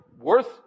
worth